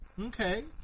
Okay